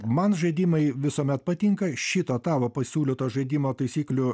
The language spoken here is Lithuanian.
man žaidimai visuomet patinka šito tavo pasiūlyto žaidimo taisyklių